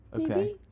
Okay